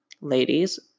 Ladies